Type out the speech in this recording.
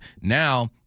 Now